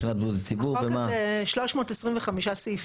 מבחינת בריאות הציבור ומה --- החוק הזה 325 סעיפים.